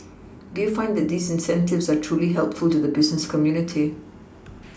do you find that these incentives are truly helpful to the business community